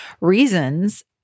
Reasons